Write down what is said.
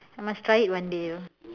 I must try it one day ah